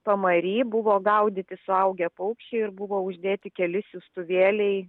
pamary buvo gaudyti suaugę paukščiai ir buvo uždėti keli siųstuvėliai